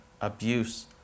abuse